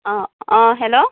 অঁ অঁ হেল্ল'